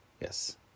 Yes